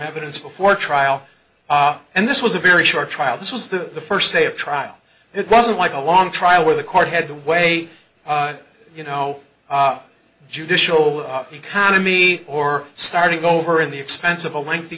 evidence before trial and this was a very short trial this was the first day of trial it wasn't like a long trial where the court had to weigh you know judicial economy or starting over in the expense of a lengthy